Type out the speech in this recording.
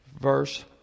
verse